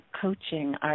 coaching